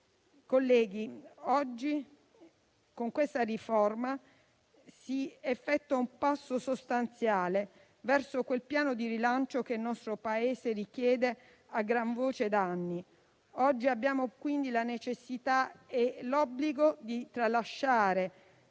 Colleghi, con questa riforma si compie oggi un passo sostanziale verso quel piano di rilancio che il nostro Paese richiede a gran voce da anni. Oggi abbiamo quindi la necessità e l'obbligo di tralasciare